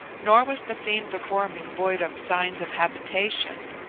nor was the scene before me void of signs of habitation.